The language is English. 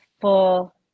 full